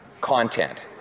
content